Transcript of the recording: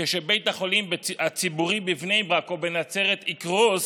כשבית החולים הציבורי בבני ברק או בנצרת יקרוס,